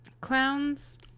Clowns